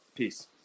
Peace